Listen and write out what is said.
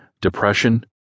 Depression